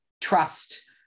trust